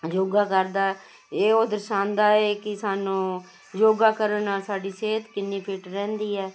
ਯੋਗਾ ਕਰਦਾ ਇਹ ਉਹ ਦਰਸਾਉਂਦਾ ਹੈ ਕਿ ਸਾਨੂੰ ਯੋਗਾ ਕਰਨ ਸਾਡੀ ਸਿਹਤ ਕਿੰਨੀ ਫਿਟ ਰਹਿੰਦੀ ਹੈ